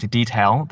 detail